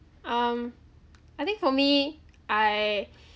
um I think for me I